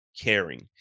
caring